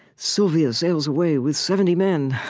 sylvia sails away with seventy men.